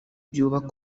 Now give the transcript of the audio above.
byubaka